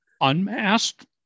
Unmasked